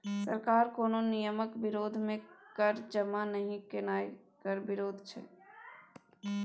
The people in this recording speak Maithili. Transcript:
सरकार कोनो नियमक विरोध मे कर जमा नहि केनाय कर प्रतिरोध छै